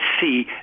see